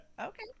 Okay